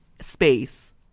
space –